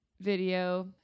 video